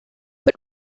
but